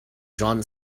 jon